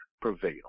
prevail